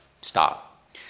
stop